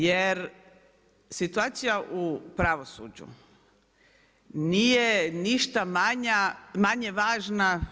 Jer situacija u pravosuđu nije ništa manje važna.